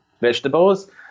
vegetables